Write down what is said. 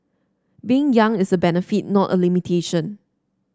being young is a benefit not a limitation